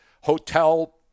hotel